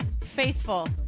faithful